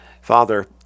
father